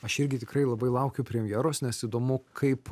aš irgi tikrai labai laukiu premjeros nes įdomu kaip